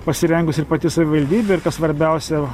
pasirengus ir pati savivaldybė ir kas svarbiausia